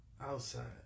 outside